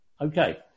Okay